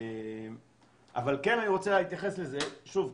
אני רוצה להתייחס שוב,